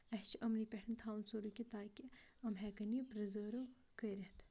اَسہِ چھِ یِمنٕے پٮ۪ٹھَن تھاوُن سورُے کینٛہہ تاکہِ ایِم ہٮ۪کَن یہِ پِرٛزٔرٕو کٔرِتھ